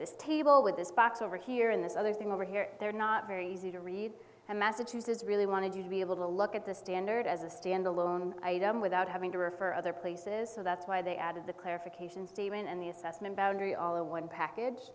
this table with this box over here in this other thing over here they're not very easy to read and massachusetts really wanted you to be able to look at the standard as a standalone item without having to refer other places so that's why they added the clarification semen and the assessment boundary all the one package